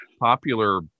popular